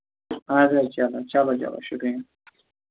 اَدٕ حظ چلو چلو شُکرِیا